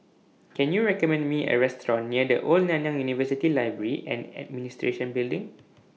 Can YOU recommend Me A Restaurant near The Old Nanyang University Library and Administration Building